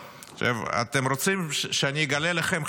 אתם רוצים שאני אגלה לכם,